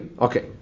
Okay